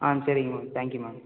ஆ சரிங்க ma'am thank you ma'am